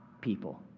people